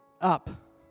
up